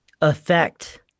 affect